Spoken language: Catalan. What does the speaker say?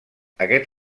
aquest